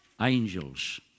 angels